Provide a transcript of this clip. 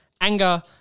anger